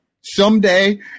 someday